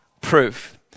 proof